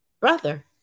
brother